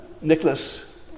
Nicholas